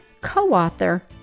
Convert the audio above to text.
co-author